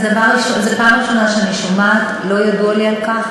זו הפעם הראשונה שאני שומעת, לא ידוע לי על כך.